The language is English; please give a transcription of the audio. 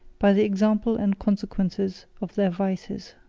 by the example and consequences of their vices.